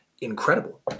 incredible